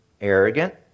arrogant